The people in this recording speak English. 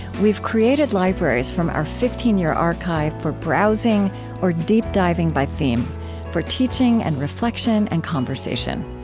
we've created libraries from our fifteen year archive for browsing or deep diving by theme for teaching and reflection and conversation.